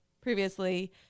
previously